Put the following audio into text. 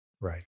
Right